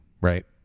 Right